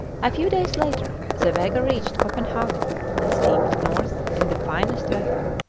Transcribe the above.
a few days later the vega reached copenhagen and steamed north in the finest weather.